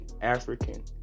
African